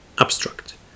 Abstract